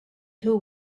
two